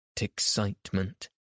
excitement